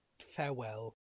farewell